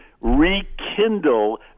rekindle